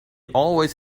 always